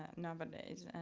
ah nowadays, and